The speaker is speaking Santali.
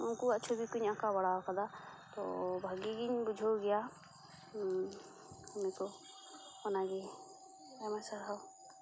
ᱩᱱᱠᱩᱣᱟᱜ ᱪᱷᱚᱵᱤ ᱠᱚᱧ ᱟᱠᱟᱣ ᱵᱟᱲᱟ ᱟᱠᱟᱫᱟ ᱛᱚ ᱵᱷᱟᱹᱜᱤ ᱜᱮᱧ ᱵᱩᱡᱷᱟᱹᱣ ᱜᱮᱭᱟ ᱢᱚᱱᱮ ᱠᱚ ᱚᱱᱟ ᱜᱮ ᱟᱭᱢᱟ ᱥᱟᱨᱦᱟᱣ